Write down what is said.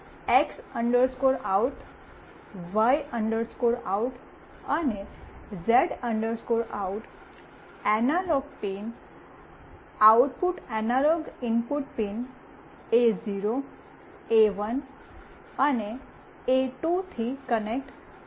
અને X out Y out અને Z out analog pin output analog input pin એ0 એ1 અને એ2 થી કનેક્ટ થશે